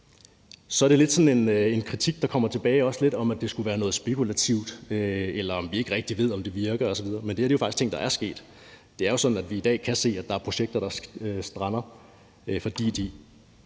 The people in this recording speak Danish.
også lidt kommet sådan en kritik tilbage, der har handlet om, at det skulle være noget spekulativt, eller at vi ikke rigtig ved, om det virker osv. Men det her er jo faktisk nogle ting, der er sket. Det er jo sådan, at vi i dag kan se, at der er projekter, der strander, fordi de